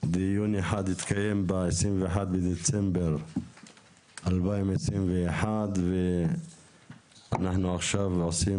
דיון אחד התקיים ב-21 לדצמבר 2021 ואנחנו עכשיו עושים